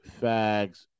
fags